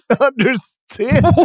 understand